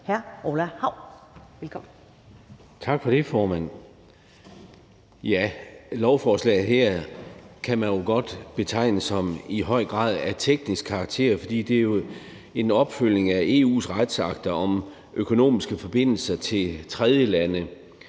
Orla Hav (S): Tak for det, formand. Lovforslaget her kan man jo godt betegne som i høj grad af teknisk karakter, for det er en opfølgning af EU's retsakter om økonomiske forbindelser til tredjelande.